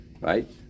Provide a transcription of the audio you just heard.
right